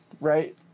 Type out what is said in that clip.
right